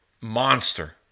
monster